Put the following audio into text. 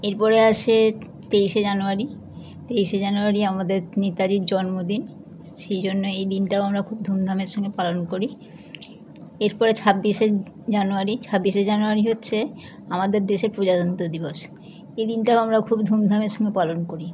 এরপরে আসে তেইশে জানুয়ারি তেইশে জানুয়ারি আমাদের নেতাজির জন্মদিন সেই জন্য এই দিনটাও আমরা খুব ধুমধামের সঙ্গে পালন করি এরপরে ছাব্বিশে জানুয়ারি ছাব্বিশে জানুয়ারি হচ্ছে আমাদের দেশের প্রজাতন্ত্র দিবস এদিনটাও আমরা খুব ধুমধামের সঙ্গে পালন করি